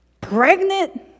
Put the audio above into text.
Pregnant